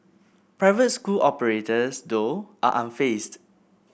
private school operators though are unfazed